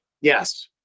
Yes